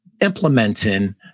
implementing